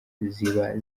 zaba